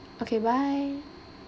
okay bye